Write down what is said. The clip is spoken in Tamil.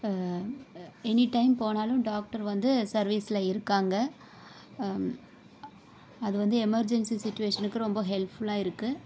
எனி டைம் போனாலும் டாக்டர் வந்து சர்வீஸில் இருக்காங்க அது வந்து எமர்ஜென்சி சுட்டுவேஷனுக்கு ரொம்ப ஹெல்ப்ஃபுல்லாக இருக்குது